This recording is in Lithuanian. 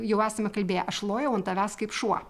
jau esame kalbėję aš lojau ant tavęs kaip šuo